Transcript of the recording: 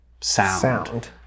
sound